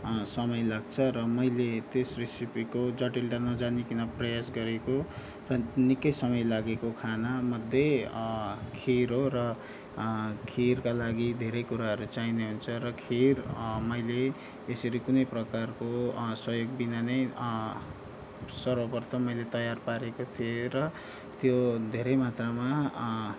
समय लाग्छ र मैले त्यस रेसिपीको जटिलता नजानिकन प्रयास गरेको र निकै समय लागेको खानामध्ये खिर हो र खिरका लागि धेरै कुराहरू चाहिने हुन्छ र खिर मैले यसरी कुनै प्रकारको सहयोगबिना नै सर्वप्रथम मैले तयार पारेको थिएँ र त्यो धेरै मात्रामा